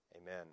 amen